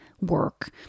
work